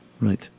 Right